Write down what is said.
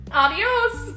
adios